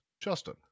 Justin